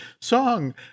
song